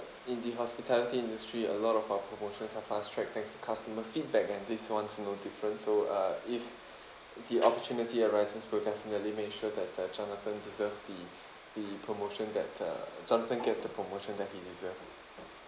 in the hospitality industry a lot of our promotions are fast track thanks to customer feedback and this one's no difference so uh if the opportunity arises we'll definitely make sure that uh jonathan deserves the the promotion that uh jonathan gets the promotion that he deserves